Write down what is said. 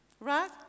right